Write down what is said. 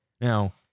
Now